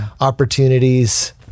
Opportunities